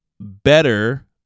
Better